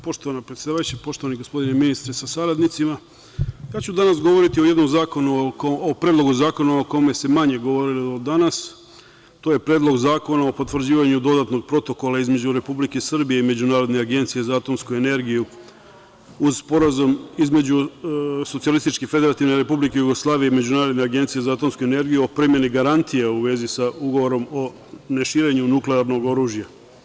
Poštovana predsedavajuća, poštovani gospodine ministre sa saradnicima, ja ću danas govoriti o jednom zakonu, o Predlogu zakona o kome se manje govorilo danas, to je Predlog zakona o potvrđivanju dodatnog protokola između Republike Srbije i Međunarodne agencije za atomsku energiju, uz Sporazum između SFRJ i Međunarodne agencije za atomsku energiju o primeni garantija u vezi sa ugovorom o ne širenju nuklearnog oružja.